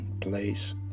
place